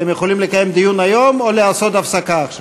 אתם יכולים לקיים דיון היום או לעשות הפסקה עכשיו.